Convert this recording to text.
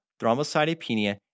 thrombocytopenia